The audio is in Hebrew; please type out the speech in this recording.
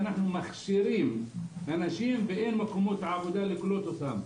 בנוסף מכשירים אנשים, ואין מקומות לקלוט אותם.